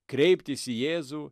kreiptis į jėzų